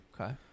Okay